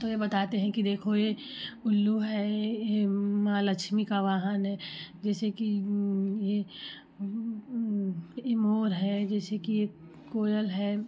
तो ये बताते हैं कि देखो ये उल्लू है ये मां लक्ष्मी का वाहन है जैसे की ये ये मोर है जैसे की ये एक कोयल है